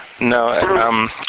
No